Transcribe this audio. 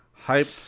hype